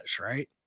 right